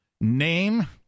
name